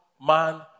man